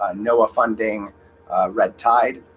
ah noaa funding red tide